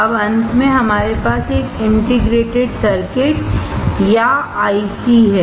अब अंत में हमारे पास एक इंटीग्रेटेड सर्किट या आईसी है